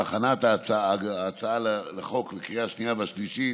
בהכנת הצעת החוק לקריאה השנייה והשלישית